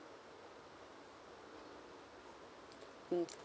mm